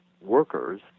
workers